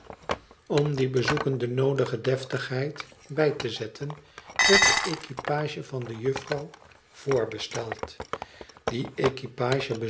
om die bezoeken de noodige deftigheid bij te zetten werd de equipage van de juffrouw vr besteld die